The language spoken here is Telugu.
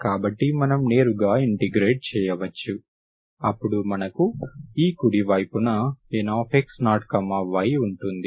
కాబట్టి మనం నేరుగా ఇంటిగ్రేట్ చేయవచ్చు అప్పుడు మనకు ఈ కుడి వైపున Nx0y ఉంటుంది